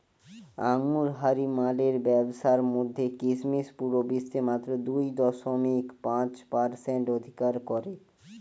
আঙুরহারি মালের ব্যাবসার মধ্যে কিসমিস পুরা বিশ্বে মাত্র দুই দশমিক পাঁচ পারসেন্ট অধিকার করে